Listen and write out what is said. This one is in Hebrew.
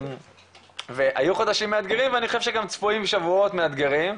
והיו חודשים מאתגרים, וגם צפויים שבועות מאתגרים.